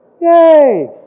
yay